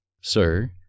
Sir